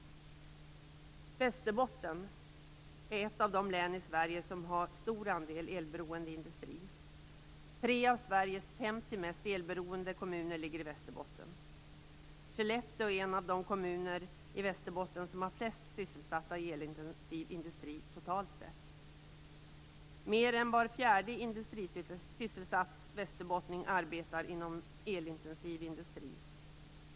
Västerbotten är ett av de län i Sverige som har en stor andel elberoende industri. 3 av Sveriges 50 mest elberoende kommuner ligger i Västerbotten. Skellefteå är en av de kommuner i Västerbotten som har flest sysselsatta i elintensiv industri totalt sett. Mer än var fjärde industrisysselsatt västerbottning arbetar inom elintensiv industri.